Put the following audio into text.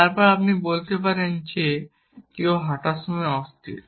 তারপর আপনি বলতে পারেন যে কেউ হাঁটার সময় অস্থির